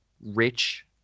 rich